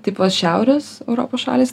taip pat šiaurės europos šalys